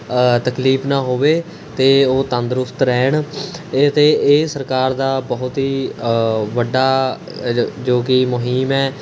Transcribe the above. ਤਕਲੀਫ਼ ਨਾ ਹੋਵੇ ਅਤੇ ਉਹ ਤੰਦਰੁਸਤ ਰਹਿਣ ਇਹ ਅਤੇ ਇਹ ਸਰਕਾਰ ਦਾ ਬਹੁਤ ਹੀ ਵੱਡਾ ਜੋ ਜੋ ਕਿ ਮੁਹਿੰਮ ਹੈ